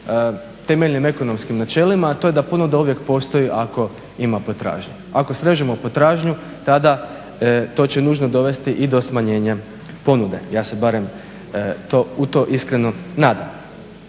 temeljnim ekonomskim načelima, a to je da ponuda uvijek postoji ako ima potražnju. Ako srežemo potražnju tada to će nužno dovesti i do smanjenja ponude ja se barem u to iskreno nadam.